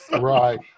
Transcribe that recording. right